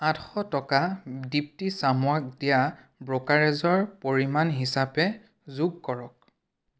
আঠশ টকা দীপ্তি চামুৱাক দিয়া ব্ৰ'কাৰেজৰ পৰিমাণ হিচাপে যোগ কৰক